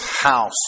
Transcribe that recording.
house